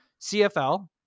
CFL